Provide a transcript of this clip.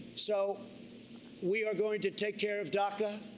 so we are going to take care of daca.